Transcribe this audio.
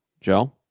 Joe